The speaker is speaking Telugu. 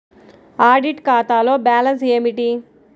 ఆడిట్ ఖాతాలో బ్యాలన్స్ ఏమిటీ?